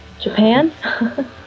Japan